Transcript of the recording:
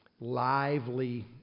lively